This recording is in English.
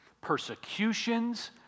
persecutions